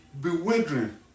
bewildering